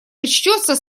причтется